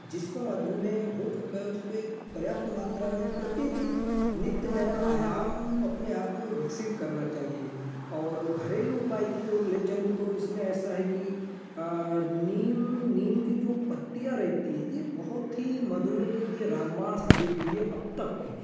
जिसको मधुमेह हो चुका है उसको एक पर्याप्त मात्रा में प्रतिदिन नित्य नया आयाम अपने आप में विकसित करना चाहिए और घरेलू उपाय की ओर ले चलूँ तो इसमें ऐसा है कि नीम नीम की जो पत्तियाँ रहती हैं ये बहुत ही मधुमेह के लिए रामबाण साबित हुई है अब तक के